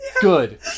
good